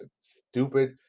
stupid